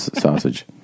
sausage